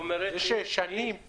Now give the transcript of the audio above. אתה שכנעת אותי.